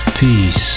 Peace